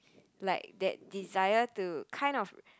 like that desire to kind of